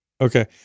Okay